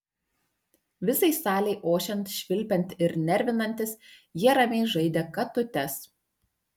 visai salei ošiant švilpiant ir nervinantis jie ramiai žaidė katutes